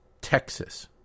Texas